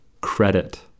credit